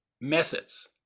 methods